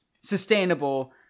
sustainable